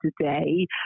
today